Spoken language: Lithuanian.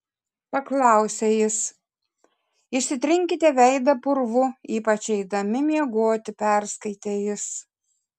paklausė jis išsitrinkite veidą purvu ypač eidami miegoti perskaitė jis